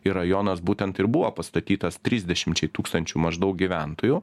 ir rajonas būtent ir buvo pastatytas tridešimčiai tūkstančių maždaug gyventojų